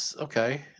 Okay